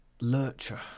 lurcher